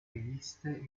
riviste